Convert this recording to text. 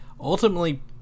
ultimately